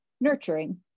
nurturing